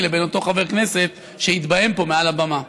לבין אותו חבר כנסת שהתבהם פה מעל הבמה.